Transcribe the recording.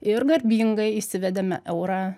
ir garbingai įsivedėme eurą